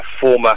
former